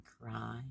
cry